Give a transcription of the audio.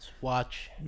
Watch